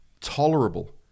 tolerable